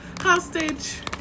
Hostage